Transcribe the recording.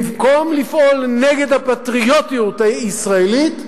במקום לפעול נגד הפטריוטיות הישראלית,